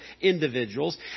individuals